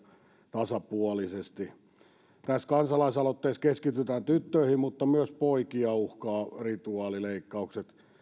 tasapuolisesti tässä kansalaisaloitteessa keskitytään tyttöihin mutta myös poikia uhkaavat rituaalileikkaukset